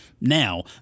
now